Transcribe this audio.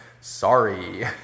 Sorry